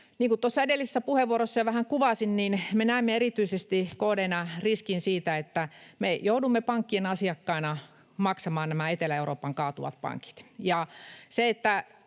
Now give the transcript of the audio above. kuin edellisessä puheenvuorossani jo vähän kuvasin, niin me näemme erityisesti KD:nä riskin siitä, että me joudumme pankkien asiakkaana maksamaan nämä Etelä-Euroopan kaatuvat pankit.